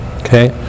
okay